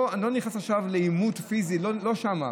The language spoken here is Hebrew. אני לא נכנס עכשיו לעימות פיזי, לא שם.